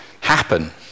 happen